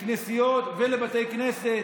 לכנסיות ולבתי כנסת,